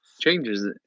Changes